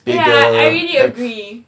ya I really agree